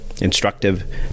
instructive